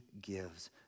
gives